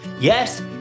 Yes